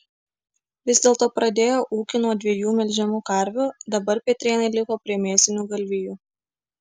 vis dėlto pradėję ūkį nuo dviejų melžiamų karvių dabar petrėnai liko prie mėsinių galvijų